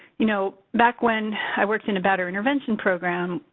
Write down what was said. you know. back when i worked in a batterer intervention program,